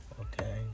Okay